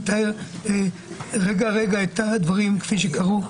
הוא מתאר רגע אחרי רגע את הדברים כפי שהם קרו,